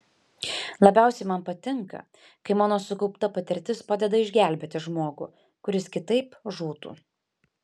labiausiai man patinka kai mano sukaupta patirtis padeda išgelbėti žmogų kuris kitaip žūtų